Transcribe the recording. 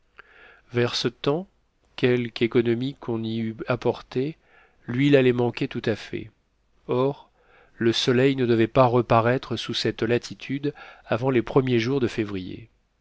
vers ce temps quelque économie qu'on y eût apportée l'huile allait manquer tout à fait or le soleil ne devait pas reparaître sous cette latitude avant les premiers jours de février